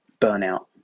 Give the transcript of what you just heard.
burnout